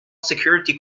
security